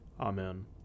Amen